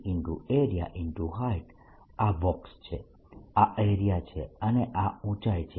n12free × Area × Height આ box છે આ એરિયા છે અને આ ઊંચાઈ છે